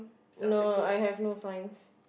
no I have no signs